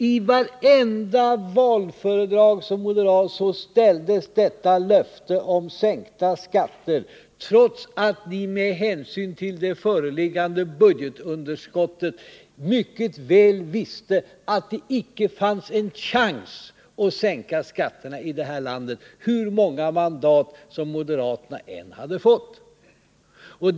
I varje valföredrag som moderaterna höll ställdes detta löfte om sänkta skatter ut, trots att ni med hänsyn till det föreliggande budgetunderskottet mycket väl visste att det inte fanns en chans att sänka skatterna i detta land, hur många mandat moderaterna än hade fått.